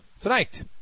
Tonight